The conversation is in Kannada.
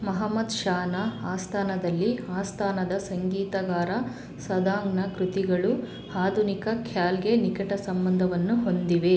ಮಹಮ್ಮದ್ ಷಾನ ಆಸ್ಥಾನದಲ್ಲಿ ಆಸ್ಥಾನದ ಸಂಗೀತಗಾರ ಸದಾಂಗ್ನ ಕೃತಿಗಳು ಆಧುನಿಕ ಖ್ಯಾಲ್ಗೆ ನಿಕಟ ಸಂಬಂಧವನ್ನು ಹೊಂದಿವೆ